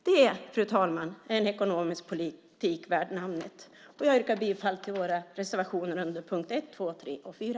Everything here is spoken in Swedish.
Det, fru talman, är en ekonomisk politik värd namnet. Jag yrkar bifall till våra reservationer under punkterna 1, 2, 3 och 4.